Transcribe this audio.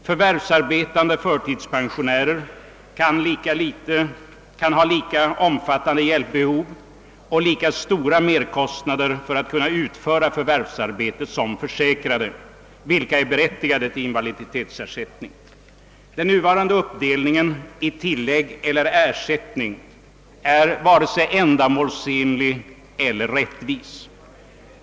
Förvärvsarbetande förtidspensionär kan ha lika omfattande hjälpbehov och lika stora merkostnader för att kunna utföra förvärvsarbete som försäkrad, som är berättigad till invaliditetsersättning. Den nuvarande uppdelningen i tillägg eller ersättning är varken ändamålsenlig eller rättvis.